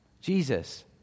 Jesus